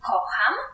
Kocham